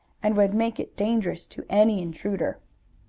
and would make it dangerous to any intruder.